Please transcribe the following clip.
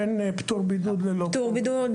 בין פטור בידוד ללא פטור בידוד.